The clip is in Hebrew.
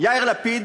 יאיר לפיד